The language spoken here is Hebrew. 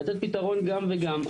לתת פתרון גם וגם.